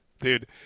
Dude